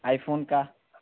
iPhone का